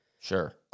Sure